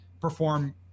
perform